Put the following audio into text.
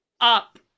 up